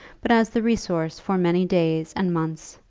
but as the resource for many days and months,